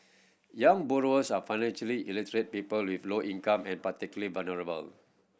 young borrowers and financially illiterate people with low income and particularly vulnerable